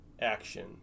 action